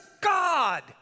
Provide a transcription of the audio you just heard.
God